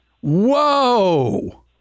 Whoa